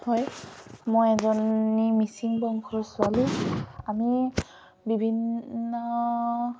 হয় মই এজনী মিচিং বংশৰ ছোৱালী আমি বিভিন্ন